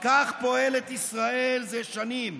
וכך פועלת ישראל זה שנים: